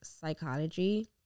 psychology